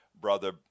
brother